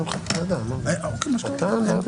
תודה רבה, יוליה.